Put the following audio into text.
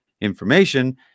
information